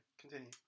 Continue